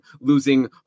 losing